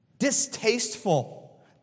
distasteful